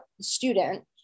student